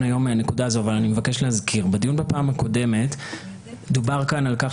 מהנקודה הזאת אבל אני מבקש להזכיר - דובר על כך